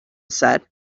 said